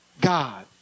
God